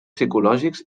psicològics